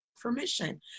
permission